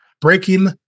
breaking